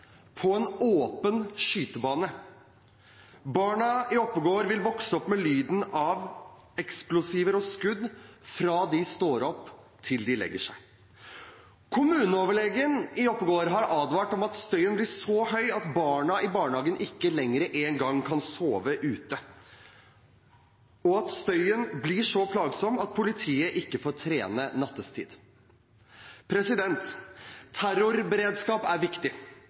på en åpen skytebane. Barna i Oppegård vil vokse opp med lyden av eksplosiver og skudd fra de står opp, til de legger seg. Kommuneoverlegen i Oppegård har advart om at støyen blir så høy at barna i barnehagen ikke lenger engang kan sove ute, og at støyen blir så plagsom at politiet ikke får trene nattetid. Terrorberedskap er viktig.